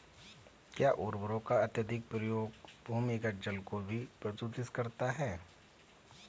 क्या उर्वरकों का अत्यधिक प्रयोग भूमिगत जल को भी प्रदूषित करता है?